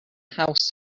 house